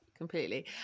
completely